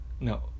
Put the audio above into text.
no